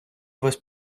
вас